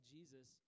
Jesus